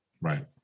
Right